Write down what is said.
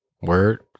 Word